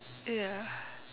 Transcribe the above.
ya